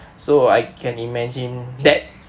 so I can imagine that